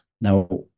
Now